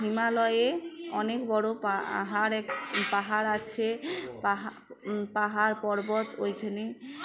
হিমালয়ে অনেক বড়ো পাহাড় পাহাড় আছে পা পাহাড় পর্বত ওইখানে